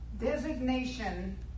Designation